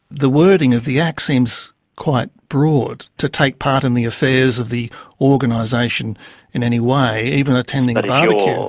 the wording of the act seems quite broad to take part in the affairs of the organisation in any way, even attending a barbecue.